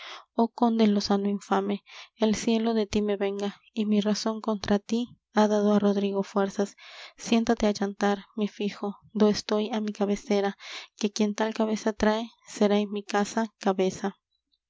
oh conde lozano infame el cielo de ti me venga y mi razón contra ti ha dado á rodrigo fuerzas siéntate á yantar mi fijo do estoy á mi cabecera que quien tal cabeza trae será en mi casa cabeza